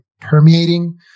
permeating